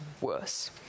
worse